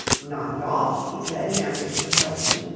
not at all, he said in answer to her question,